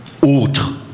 autre »,«